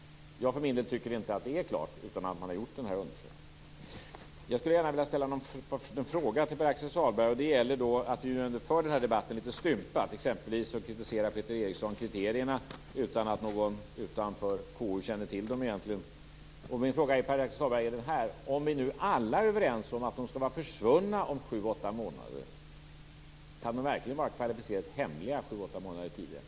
Jag tycker för min del att det är inte är klart utan att en sådan här undersökning har gjorts. Jag vill gärna ställa en fråga till Pär-Axel Sahlberg, och det gäller att vi för den här debatten litet stympat. Peter Eriksson kritiserar exempelvis kriterierna utan att någon utanför KU egentligen känner till dem. Min fråga är: Om vi nu alla är överens om att de skall vara försvunna om sju åtta månader, kan de då verkligen vara kvalificerat hemliga i dag?